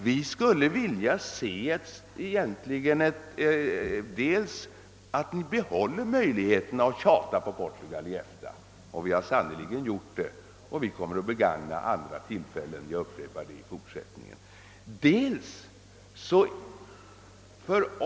Vi vill egentligen att ni behåller möjligheterna att tjata på Portugal i EFTA.» Vi har sannerligen gjort det, och jag kommer att begagna alla tillfällen till det i fortsättningen, det upprepar jag.